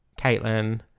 Caitlin